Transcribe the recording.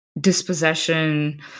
dispossession